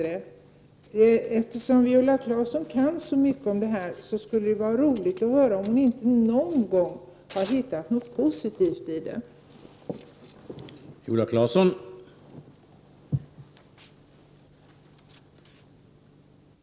Eftersom Viola Claesson kan så mycket om det här, skulle det vara roligt att höra om hon inte någon gång har hittat något positivt i det hela.